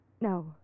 No